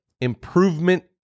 Improvement